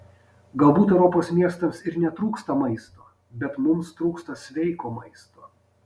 galbūt europos miestams ir netrūksta maisto bet mums trūksta sveiko maisto